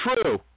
true